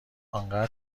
آنقدر